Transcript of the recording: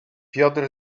piotr